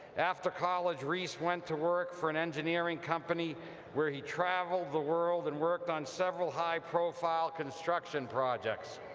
after college, reese went to work for an engineering company where he traveled the world and worked on several high-profile construction projects.